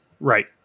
Right